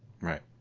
Right